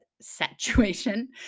situation